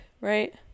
right